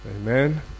Amen